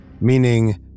meaning